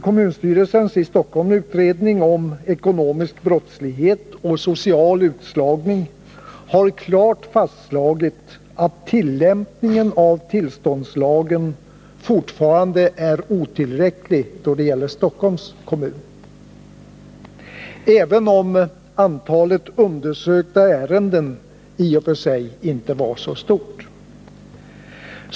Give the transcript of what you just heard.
Kommunstyrelsens i Stockholm utredning om ekonomisk brottslighet och social utslagning har klart fastslagit att tillämpningen av tillståndslagen fortfarande är otillräcklig, även om antalet undersökta ärenden i och för sig inte var så stort.